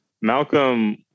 Malcolm